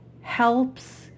helps